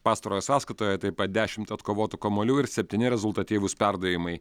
pastarojo sąskaitoje taip pat dešimt atkovotų kamuolių ir septyni rezultatyvūs perdavimai